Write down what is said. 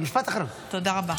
תודה.